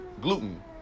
gluten